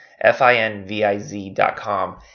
F-I-N-V-I-Z.com